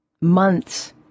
months